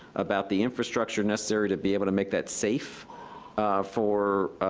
about the infrastructure necessary to be able to make that safe for,